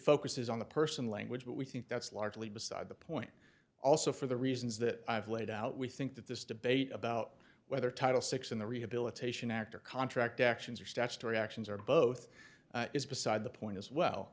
focuses on the person language but we think that's largely beside the point also for the reasons that i've laid out we think that this debate about whether title six in the rehabilitation act or contract actions or statutory actions or both is beside the point as well